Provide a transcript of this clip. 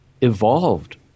evolved